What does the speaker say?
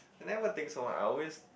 I never think so much I always